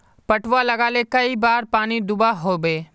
पटवा लगाले कई बार पानी दुबा होबे?